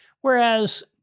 Whereas